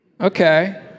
Okay